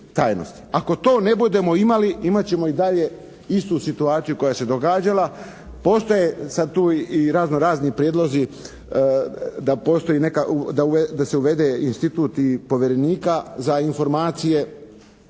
Ako to ne budemo imali, imat ćemo i dalje istu situaciju koja se događala. Postoje sad tu i razno-razni prijedlozi da postoji neka, da se uvede institut i povjerenika za informacije